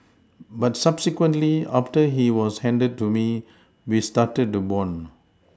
but subsequently after he was handed to me we started to bond